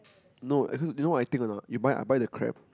no actually do you know what I think or not you buy I buy the crab